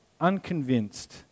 unconvinced